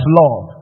love